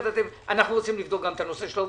אני רוצה לבדוק את הנושא של העובדים.